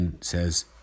says